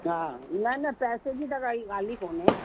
हा न न पैसे जी त काई ॻाल्हि ई कोन्हे